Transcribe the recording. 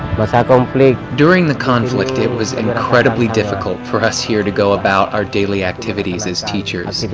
like like um like during the conflict, it was incredibly difficult for us here to go about our daily activities as teachers,